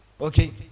Okay